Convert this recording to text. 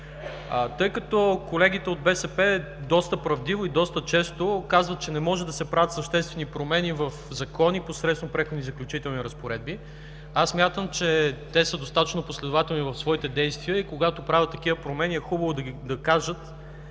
Тъй като колегите от БСП доста правдиво и доста често казват, че не могат да се правят съществени промени в закони посредством Преходни и заключителни разпоредби, аз смятам, че те са достатъчно последователни в своите действия и когато правят такива промени е хубаво да кажат,